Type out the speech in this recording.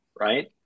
Right